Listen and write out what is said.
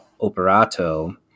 operato